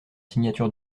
signature